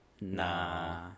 nah